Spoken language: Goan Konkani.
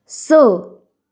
स